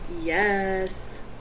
Yes